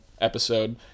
episode